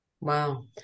Wow